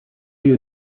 you